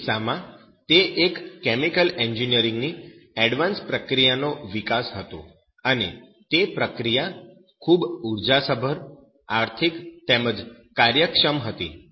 તે કિસ્સામાં તે એક કેમિકલ એન્જિનિયરિંગની એડવાન્સ્ડ પ્રક્રિયાનો વિકાસ હતો અને તે પ્રક્રિયા ખૂબ ઉર્જાસભર આર્થિક તેમજ કાર્યક્ષમ હતી